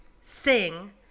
Sing